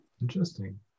interesting